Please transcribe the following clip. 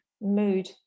Mood